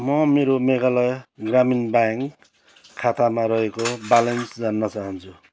म मेरो मेघालय ग्रामीण ब्याङ्क खातामा रहेको ब्यालेन्स जान्न चाहन्छु